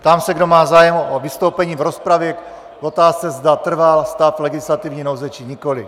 Ptám se, kdo má zájem o vystoupení v rozpravě k otázce, zda trvá stav legislativní nouze, či nikoliv.